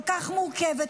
כל כך מורכבת,